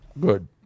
Good